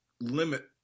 limit